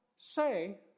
say